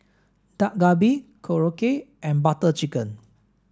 Dak Galbi Korokke and Butter Chicken